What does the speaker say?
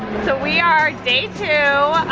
so we are day two,